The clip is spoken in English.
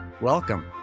Welcome